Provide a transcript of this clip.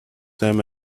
them